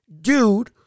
dude